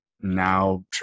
now